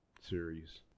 series